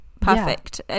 perfect